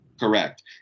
Correct